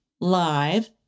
live